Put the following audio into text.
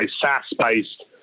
SaaS-based